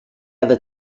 other